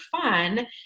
fun